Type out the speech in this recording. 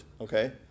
okay